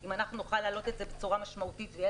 אם אנחנו נוכל להעלות את זה בצורה משמעותית ויהיו